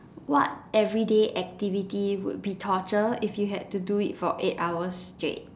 what everyday would be torture if you had to do it for eight hours straight